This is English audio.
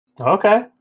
Okay